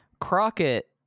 crockett